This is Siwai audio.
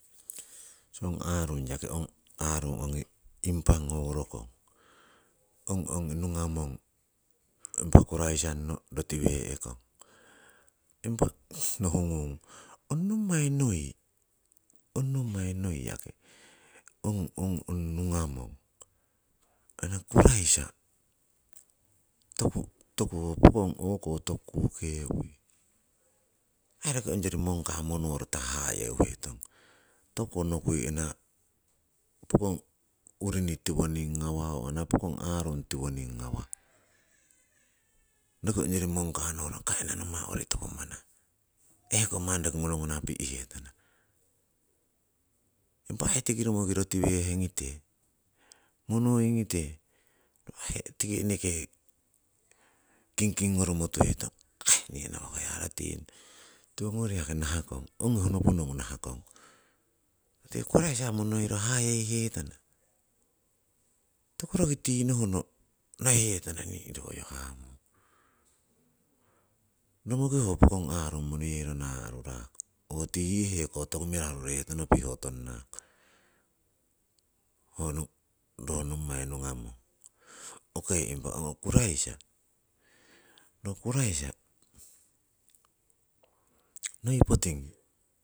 So ong aarung yaki ong aarung ongi impa ngoworokong ongi nungamon impa kuraisanno rotiwe'kong. Impa nohungung ong nommai noi, ong nommai noi yaki ong ong nungamong, ana kuraisa toku toku ho pokong o'ko kukewui, aii roki ongyori mongka monoro hayeuhetong, tokuko nokui ana pokong urini tiwoning ngawah oo ana pokong aarung tiwoning ngawah, roki ongyori mongka no'ra ana kai nommai owori topo manah, ehkong manni monomono pi'hetana, impah aii tiki romoki rotiwehngite monoingite aii tiki eneke kingking ngoromo tuhetong akai nii ana uwakoya rotingnana. Tiwongori yaki nahakong, ongi hongoponongu nahakong tii kuraisa monoiro hayeihetana, toku roki tinohno nohihetana nii royo hamung. Romoki ho pokong aarung monoiro na'rurako oo tii yii toku mirahurorohetono piho tonnako, ho ro nommai nungamong. Okei impa hoko kuraisa, ro kuraisa noi potingi